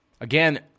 Again